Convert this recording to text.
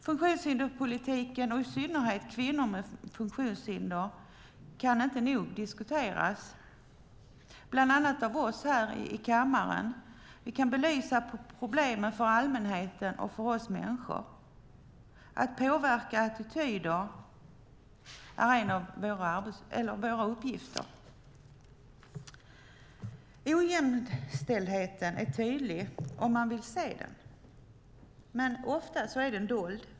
Funktionshinderspolitiken, i synnerhet när det gäller kvinnor med funktionshinder, kan inte nog diskuteras, bland annat av oss här i kammaren. Vi kan belysa problemen för allmänheten och för oss människor. Att påverka attityder är en av våra uppgifter. Ojämställdheten är tydlig om man vill se den, men ofta är den dold.